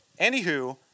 anywho